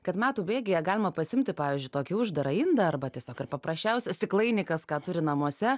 kad metų bėgyje galima pasiimti pavyzdžiui tokį uždarą indą arba tiesiog ar paprasčiausią stiklainį kas ką turi namuose